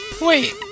Wait